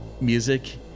music